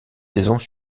saisons